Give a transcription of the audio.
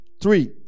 three